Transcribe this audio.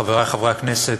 חברי חברי הכנסת,